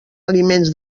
aliments